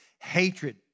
hatred